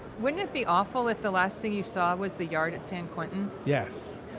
wouldn't it be awful if the last thing you saw was the yard at san quentin? yes,